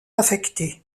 affecté